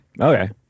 Okay